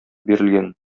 бирелгән